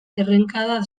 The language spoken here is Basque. errenkada